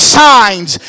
signs